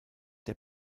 der